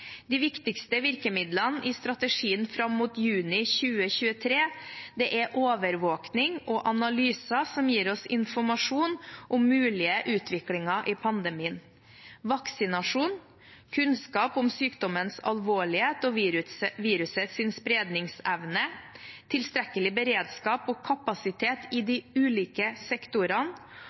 De viktigste virkemidlene i strategien fram mot juni 2023 er: overvåkning og analyser som gir oss informasjon om mulige utviklinger i pandemien vaksinasjon kunnskap om sykdommens alvorlighet og virusets spredningsevne tilstrekkelig beredskap og kapasitet i de ulike sektorene